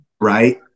right